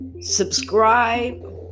subscribe